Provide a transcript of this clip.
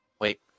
Wait